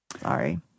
sorry